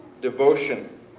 Devotion